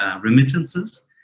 remittances